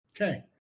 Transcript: okay